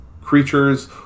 creatures